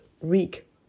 week